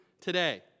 today